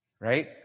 right